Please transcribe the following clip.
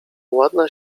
ładna